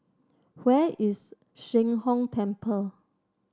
where is Sheng Hong Temple